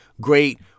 great